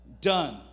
Done